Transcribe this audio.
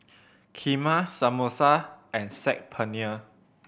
Kheema Samosa and Saag Paneer